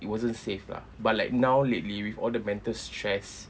it wasn't safe lah but like now lately with all the mental stress